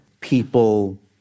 People